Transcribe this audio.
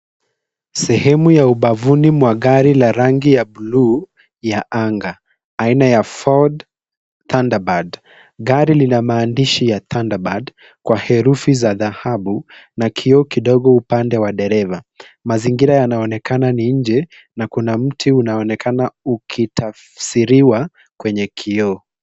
Sehemu ya ubavuni mwa gari la rangi ya blue ya anga aina ya Ford Thunderbird . Gari lina maandishi ya Thunderbird kwa herufi ya dhahabu na kioo kidogo upande wa dereva. Mazingira yanaonekana ni nje na kuna mti unaonekana ukitafsiriwa kwenye kioo.